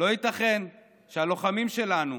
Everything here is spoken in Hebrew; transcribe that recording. לא ייתכן שהלוחמים שלנו